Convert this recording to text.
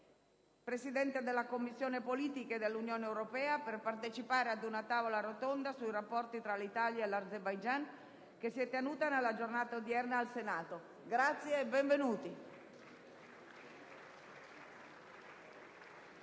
presidente della Commissione politiche dell'Unione europea, per partecipare a una tavola rotonda sui rapporti tra l'Italia e l'Azerbaigian, che si è tenuta nella giornata odierna in Senato. Grazie e benvenuti.